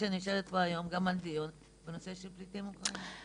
עובדה שאני נשארת פה היום גם לדיון על פליטים אוקראינים.